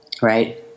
right